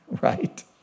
right